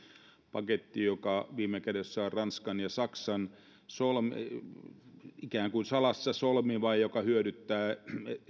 paketti joka viime kädessä on ranskan ja saksan ikään kuin salassa solmima joka hyödyttää